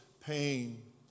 pain